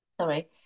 Sorry